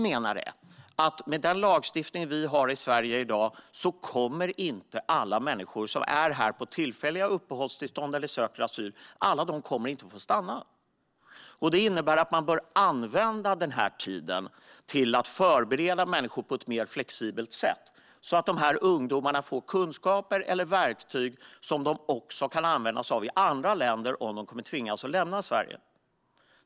Men med den lagstiftning som finns i Sverige i dag kommer inte alla människor som är här på tillfälliga uppehållstillstånd eller som söker asyl att få stanna. Vi menar att denna tid därför bör användas till att förbereda människor på ett flexibelt sätt, så att dessa ungdomar får kunskaper eller verktyg som de också kan använda sig av i andra länder, om de skulle tvingas att lämna Sverige.